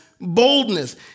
boldness